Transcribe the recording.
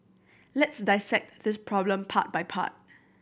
let's dissect this problem part by part